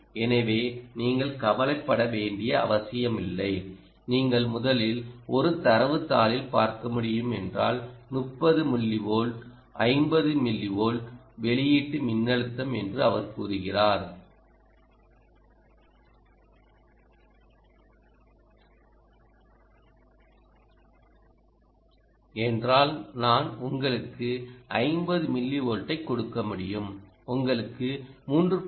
எனவே நீங்கள் கவலைப்பட வேண்டிய அவசியமில்லை நீங்கள் முதலில் ஒரு தரவுத் தாளில் பார்க்க முடியும் என்றால் 30 மில்லி வோல்ட் 50 மில்லிவோல்ட் வெளியீட்டு மின்னழுத்தம் என்று அவர் கூறுகிறார் என்றால் நான் உங்களுக்கு 50 மில்லிவோல்ட்டை கொடுக்க முடியும் உங்களுக்கு 3